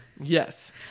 Yes